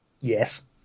yes